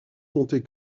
compter